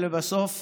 ולבסוף,